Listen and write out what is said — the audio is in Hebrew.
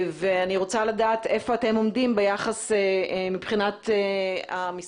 אני רוצה לדעת איפה אתם עומדים מבחינת המשרד